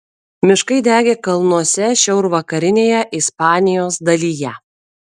miškai degė kalnuose šiaurvakarinėje ispanijos dalyje